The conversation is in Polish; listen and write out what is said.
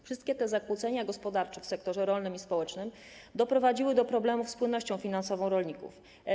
Wszystkie te zakłócenia gospodarcze w sektorach rolnym i spożywczym doprowadziły do problemów z płynnością finansową rolników.